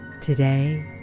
Today